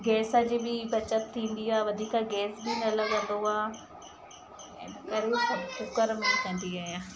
gas जी बि बचत थींदी आहे वधीक गैस बि न लगंदो आहे ऐं तरूं सभु कुकर में कंदी आहियां